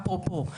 אפרופו,